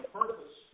purpose